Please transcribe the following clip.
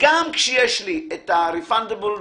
לגבי ה-non-refundable.